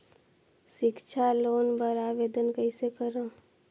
सिक्छा लोन बर आवेदन कइसे करव?